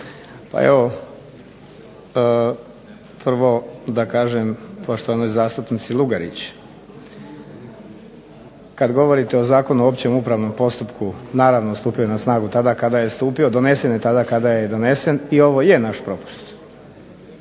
Pa evo, prvo da kažem poštovanoj zastupnici LUgarić. Kada govorite o Zakonu o općem upravnom postupku, naravno stupio je na snagu tada kada je stupio, donesen je kada je donesen i ovo je naš propust